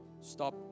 Stop